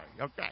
okay